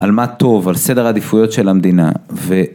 על מה טוב, על סדר העדיפויות של המדינה